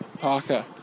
Parker